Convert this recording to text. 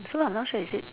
I'm not sure is it